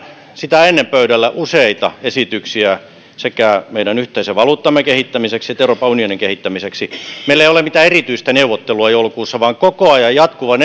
sitä ennen pöydällä useita esityksiä sekä meidän yhteisen valuuttamme kehittämiseksi että euroopan unionin kehittämiseksi meillä ei ole mitään erityistä neuvottelua joulukuussa vaan koko ajan jatkuva